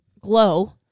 glow